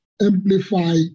amplify